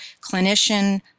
clinician